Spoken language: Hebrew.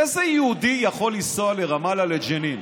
איזה יהודי יכול לנסוע לרמאללה, לג'נין?